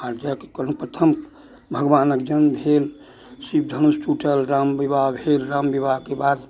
आओर प्रथम भगवानक जन्म भेल शिव धनुष टुटल राम बिबाह भेल राम बिबाहके बाद